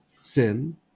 sin